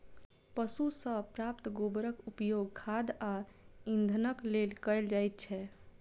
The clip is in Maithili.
पशु सॅ प्राप्त गोबरक उपयोग खाद आ इंधनक लेल कयल जाइत छै